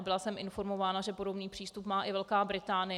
Byla jsem informována, že podobný přístup má i Velká Británie.